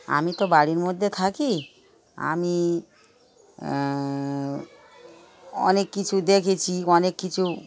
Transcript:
আমি তো বাড়ির মধ্যে থাকি আমি অনেক কিছু দেখেছি অনেক কিছু